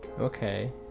okay